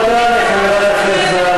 את, בושה למשכן שאת מדברת ככה